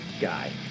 guy